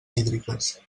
hídriques